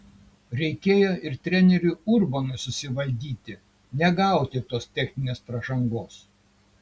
reikėjo ir treneriui urbonui susivaldyti negauti tos techninės pražangos